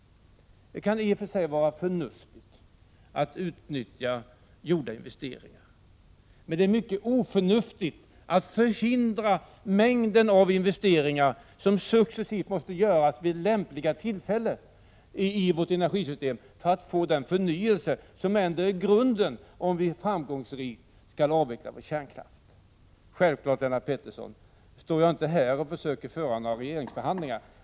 Det kan i och för sig vara förnuftigt att utnyttja gjorda investeringar, men det är mycket oförnuftigt att förhindra de många investeringar som måste göras successivt vid lämpliga tillfällen i vårt energisystem, för att vi skall få den förnyelse som ändå är grunden, om vi framgångsrikt skall kunna avveckla vår kärnkraft. Självfallet, Lennart Pettersson, står jag inte här och försöker föra några regeringsförhandlingar.